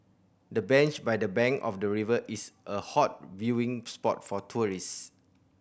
the bench by the bank of the river is a hot viewing spot for tourist